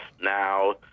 now